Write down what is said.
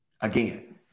Again